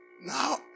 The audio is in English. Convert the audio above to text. Now